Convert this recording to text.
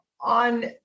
on